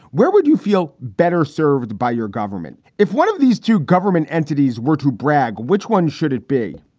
where would you feel better served by your government if one of these two government entities were to brag? which one should it be?